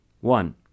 One